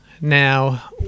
now